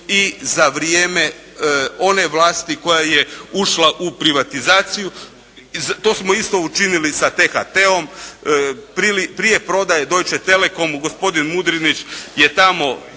i za vrijeme one vlasti koja je ušla u privatizaciju. To smo isto učinili sa THT-om. Prije prodaje Deutsche telecomu, gospodin Mudrinić je tamo